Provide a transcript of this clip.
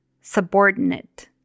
subordinate